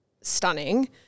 stunning